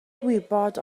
gwybod